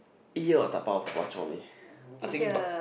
eat here or dabao bak-chor-mee I think but